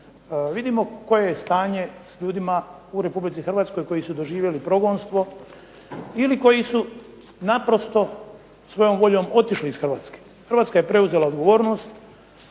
Vidimo koje je stanje s ljudima u Republici Hrvatskoj koji su doživjeli progonstvo, ili koji su naprosto svojom voljom otišli iz Hrvatske. Hrvatska je preuzela odgovornost